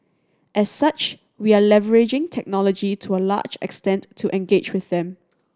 as such we are leveraging technology to a large extent to engage with them